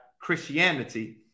Christianity